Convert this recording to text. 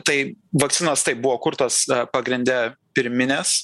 tai vakcinos taip buvo kurtos pagrinde pirminės